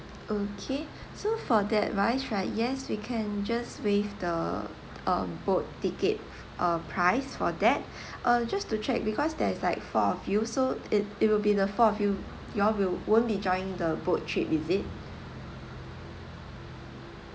okay so for that wise right yes we can just waive the uh boat ticket uh price for that uh just to check because there's like four of you so it it will be the four of you you all will won't be join the boat trip is it